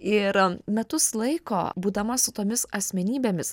ir metus laiko būdama su tomis asmenybėmis